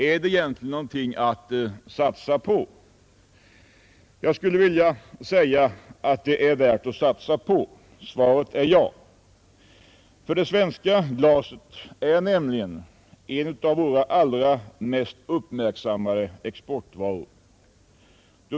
Är den någonting att satsa på? Svaret är ja — den är värd att satsa på. Det svenska glaset är nämligen en av våra allra mest uppmärksammade exportvaror.